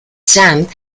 sand